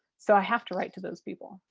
so i have to write to those people.